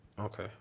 Okay